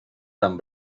tan